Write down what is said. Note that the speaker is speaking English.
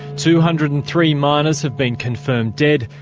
two hundred and three miners have been confirmed dead,